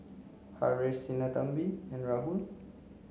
Haresh Sinnathamby and Rahul